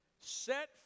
Set